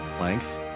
Length